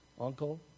uncle